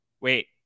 Wait